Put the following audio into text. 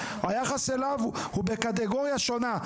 היחס אליו הוא בקטגוריה שונה,